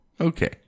Okay